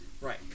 right